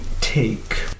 take